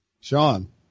Sean